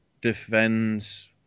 defends